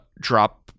Drop